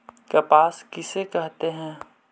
कपास किसे कहते हैं?